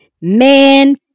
Man